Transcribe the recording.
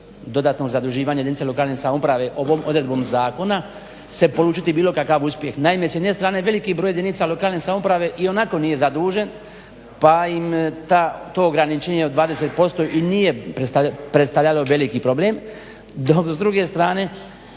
dodatnog zaduživanja jedinice lokalne samouprave ovom odredbom zakona se polučiti bilo kakav uspjeh. Naime, s jedne strane veliki broj jedinica lokalne samouprave ionako nije zadužen pa im to ograničenje od 20% i nije predstavljalo veliki problem dok s druge strane